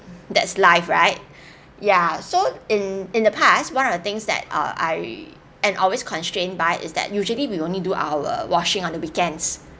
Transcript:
that's life right ya so in in the past one of the things that uh I am always constrained by is that usually we only do our washing on the weekends